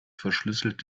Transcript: verschlüsselt